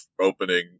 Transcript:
opening